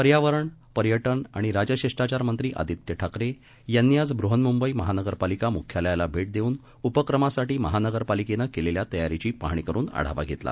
पर्यावरण पर्यटन आणि राजशिष्टाचार मंत्री आदित्य ठाकरे यांनी आज बृहन्मुंबई महानगरपालिका मुख्यालयाला भेट देऊन उपक्रमासाठी महानगरपालिकेने केलेल्या तयारीची पाहणी करून आढावा घेतला